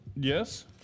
Yes